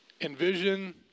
Envision